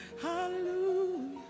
hallelujah